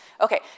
Okay